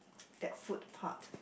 that food part